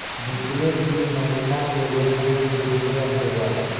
बितले तीन महीना के लेन देन के विवरण देवा?